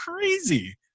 crazy